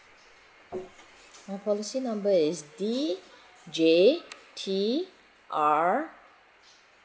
my policy number is D J T R